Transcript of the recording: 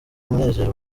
umunezero